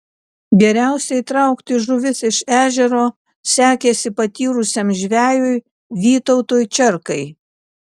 geriausiai traukti žuvis iš ežero sekėsi patyrusiam žvejui vytautui čerkai